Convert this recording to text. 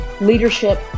leadership